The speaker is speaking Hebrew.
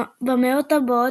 במאות הבאות,